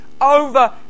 over